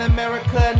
America